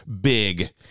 big